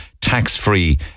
tax-free